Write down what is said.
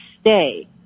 stay